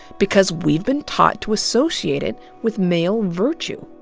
because we've been taught to associate it with male virtue.